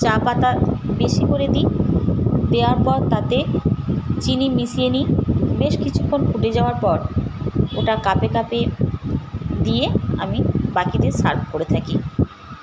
চা পাতা বেশি করে দিই দেওয়ার পর তাতে চিনি মিশিয়ে নিই বেশ কিছুক্ষণ ফুটে যাওয়ার পর ওটা কাপে কাপে দিয়ে আমি বাকিদের সার্ভ করে থাকি